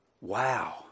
Wow